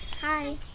Hi